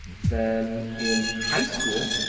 then in high school,